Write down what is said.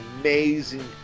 amazing